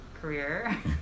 career